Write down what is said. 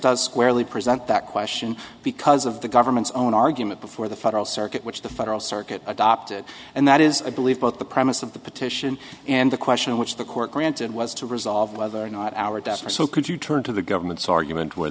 does squarely present that question because of the government's own argument before the federal circuit which the federal circuit adopted and that is i believe both the promise of the petition and the question which the court granted was to resolve whether or not our debts were so could you turn to the government's argument where